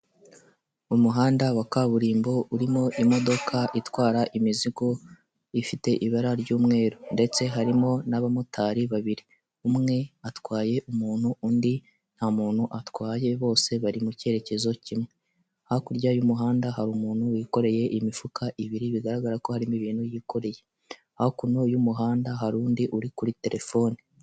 Umuhanda wa kaburimbo urimo imodoka itwara imizigo ifite ibara ry'umweru, ndetse harimo n'abamotari babiri; umwe atwaye umuntu undi nta muntu atwaye bose bari mu cyerekezo kimwe. Hakurya y'umuhanda hari umuntu wikoreye imifuka ibiri bigaragara ko harimo ibintu yikoreye. Hakuno y'umuhanda hari undi uri kuri terefone.